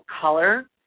color